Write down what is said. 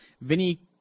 Vinny